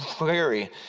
weary